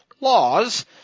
laws